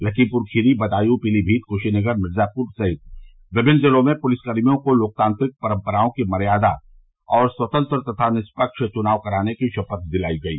लखीमपुर खीरी बदायू पीलीमीत कुशीनगर मिर्जापुर सहित विभिन्न जिलों में पुलिसकर्मियों को लोकतांत्रिक परम्पराओं की मर्यादा और स्वतंत्र तथा निष्पक्ष चुनाव कराने की शपथ दिलाई गयी